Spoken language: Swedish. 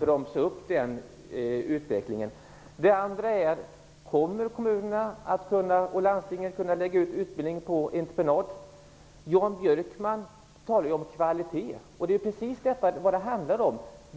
bromsa upp den utvecklingen? Min andra fråga är: Kommer kommunerna och landstinget att lägga ut utbildning på entreprenad? Jan Björkman talar om kvalitet. Och det är precis det som det handlar om.